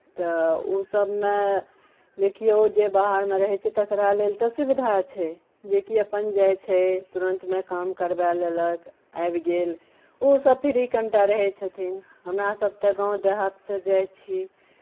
तऽ ओ सभमे देखियौ जे बाहरमे रहै छै तकरा लेल तऽ सुविधा छै जेकि अपन जाइ छै तुरन्तमे काम करवाए लेलक आबि गेल ओसभ फ्री कनि टा रहै छथिन हमरा सभ तऽ गाँव देहातसँ जाइ छी